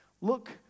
look